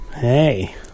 Hey